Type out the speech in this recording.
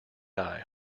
eye